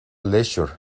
leisure